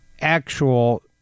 actual